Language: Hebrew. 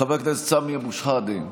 חבר הכנסת סמי אבו שחאדה,